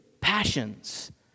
passions